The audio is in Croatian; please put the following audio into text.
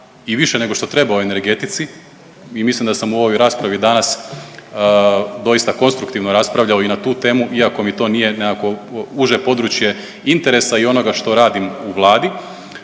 i više nego što treba o energetici i mislim da sam u ovoj raspravi danas doista konstruktivno raspravljao i na tu temu iako mi to nije nekakvo uže područje interesa i onoga što radim u vladi,